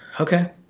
Okay